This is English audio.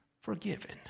forgiven